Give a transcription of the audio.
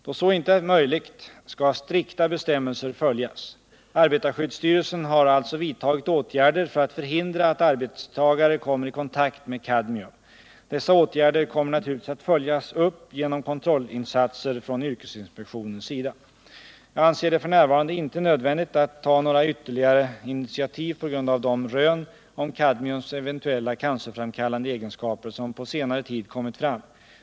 Då så inte är möjligt skall strikta bestämmelser följas. Arbetarskyddsstyrelsen har alltså vidtagit åtgärder för att förhindra att arbetstagare kommer i kontakt med kadmium. Dessa åtgärder kommer naturligtvis att följas upp genom kontrollinsatser från yrkesinspektionens sida. Jag anser det f. n. inte nödvändigt att ta några ytterligare initiativ på grund av de rön om kadmiums eventuella cancerframkallande egenskaper som på senare tid kommit fram.